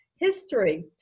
History